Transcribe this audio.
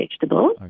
vegetables